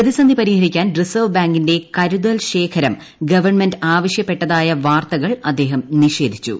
പ്രതിസന്ധി പരിഹരിക്കാൻ റിസർവ് ബാങ്കിന്റെ കരുതൽ ശേഖരം ഗവൺമെന്റ് ആവശ്യപ്പെട്ടതായി വാർത്തകൾ അദ്ദേഹം നിഷേധിച്ചു